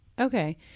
Okay